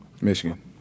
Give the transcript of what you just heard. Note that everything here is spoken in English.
Michigan